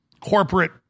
corporate